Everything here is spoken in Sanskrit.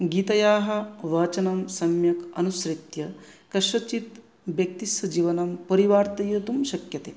गीतायाः वाचनं सम्यक् अनुसृत्य कस्यचित् व्यक्तेः जीवनं परिवर्तयितुं शक्यते